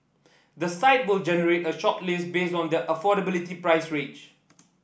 the site will generate a shortlist based on their affordability price range